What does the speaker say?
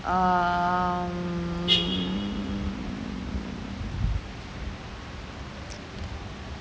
err